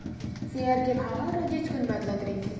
share के भाव ह रोजेच कुन बदलत रहिथे